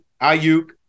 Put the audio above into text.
Ayuk